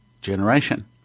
generation